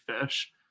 fish